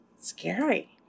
scary